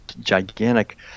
gigantic